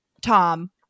Tom